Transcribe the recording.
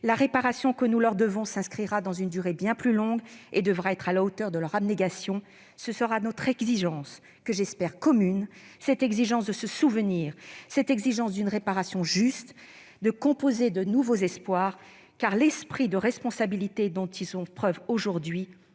La réparation que nous lui devons s'inscrira dans une durée bien plus longue ; elle devra être à la hauteur de l'abnégation de ces jeunes. Notre exigence, que j'espère commune, sera de nous souvenir, de permettre une réparation juste, de composer de nouveaux espoirs. Car l'esprit de responsabilité dont ces jeunes font preuve aujourd'hui